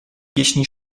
pieśni